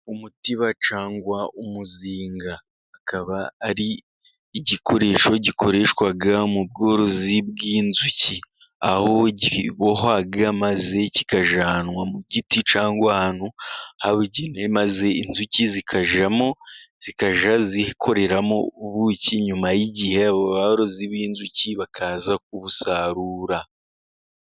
Umutiba cyangwa umuzinga akaba ari igikoresho, gikoreshwa mu bworozi bw'inzuki aho kibohwa, maze kikajyanwa mu giti cyangwa ahantu habugenewe, maze inzuki zikajamo, zikajya zikoreramo ubuki, nyuma y'igihe abarozi b'inzuki bakaza kubusarura.